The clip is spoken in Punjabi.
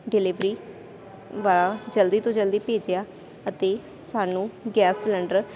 ਡਿਲਵਰੀ ਵਾਲਾ ਜਲਦੀ ਤੋਂ ਜਲਦੀ ਭੇਜਿਆ ਅਤੇ ਸਾਨੂੰ ਗੈਸ ਸਿਲੰਡਰ